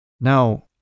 Now